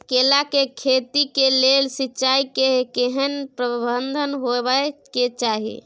केला के खेती के लेल सिंचाई के केहेन प्रबंध होबय के चाही?